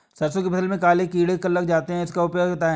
सरसो की फसल में काले काले कीड़े लग जाते इसका उपाय बताएं?